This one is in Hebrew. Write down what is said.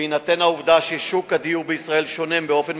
ובהינתן העובדה ששוק הדיור בישראל שונה באופן